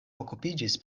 okupiĝis